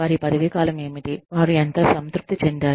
వారి పదవీకాలం ఏమిటి వారు ఎంత సంతృప్తి చెందారు